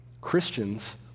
Christians